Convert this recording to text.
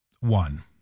One